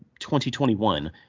2021